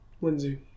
Lindsay